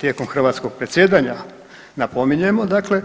Tijekom hrvatskog predsjedanja napominjemo dakle,